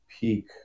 peak